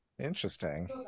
Interesting